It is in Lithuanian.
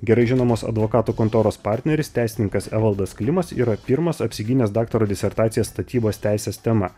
gerai žinomos advokatų kontoros partneris teisininkas evaldas klimas yra pirmas apsigynęs daktaro disertaciją statybos teisės tema